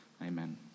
Amen